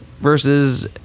versus